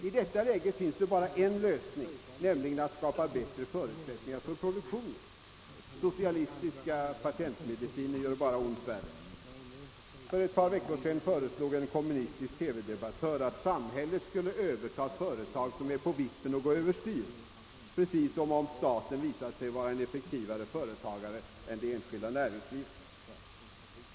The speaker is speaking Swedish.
I detta läge finns det bara en lösning nämligen att skapa bättre förutsättningar för produktionen. Socialistiska patentmediciner gör bara ont värre. För ett par veckor sedan föreslog en kommunistisk TV-debattör, att samhället skulle överta alla företag som är på vippen att gå över styr. Precis som om staten visat sig vara en effektivare företagare än det enskilda näringslivet!